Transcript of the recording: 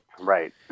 Right